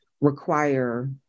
require